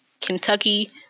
Kentucky